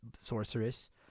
sorceress